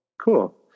cool